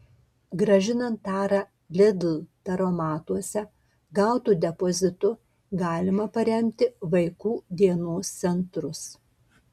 grąžinant tarą lidl taromatuose gautu depozitu galima paremti vaikų dienos centrus